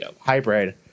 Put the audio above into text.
hybrid